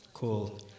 Cool